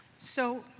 so